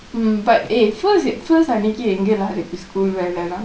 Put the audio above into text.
mm but eh first first அன்னைக்கி எங்கள இருக்கு:annaiki engkala irukku school வேல அதெல்லா:vela athellaa